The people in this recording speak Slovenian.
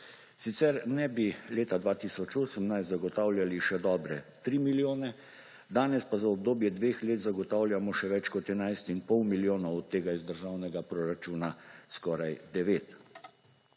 sicer ne bi leta 2018 zagotavljali še dobrih 3 milijonov, danes pa za obdobje dveh let zagotavljamo še več kot 11 in pol milijonov, od tega iz državnega proračuna skoraj 9